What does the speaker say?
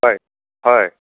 হয় হয়